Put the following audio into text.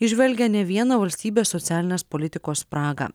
įžvelgia ne vieną valstybės socialinės politikos spragą